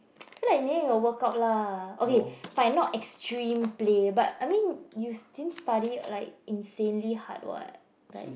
I feel like in the end it will work out lah okay by not extreme play but I mean you didn't study like insanely hard [what] like